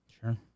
Sure